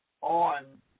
on